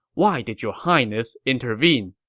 why did your highness intervene?